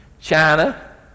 China